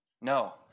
No